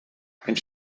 and